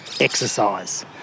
exercise